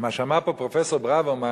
מה שאמר פה פרופסור ברוורמן,